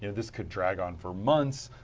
you know this could drag on for months,